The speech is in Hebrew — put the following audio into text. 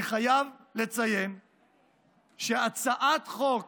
אני חייב לציין שהצעת חוק